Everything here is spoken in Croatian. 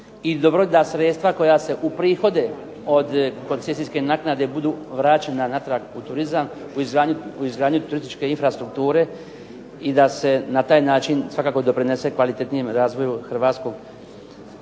dobro da sredstva koja se u prihode od koncesijske naknade budu vraćena natrag u turizam u izgradnju turističke infrastrukture i da se na taj način svakako doprinese razvoju Hrvatskog